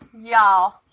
Y'all